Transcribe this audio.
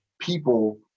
people